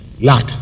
lack